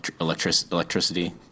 electricity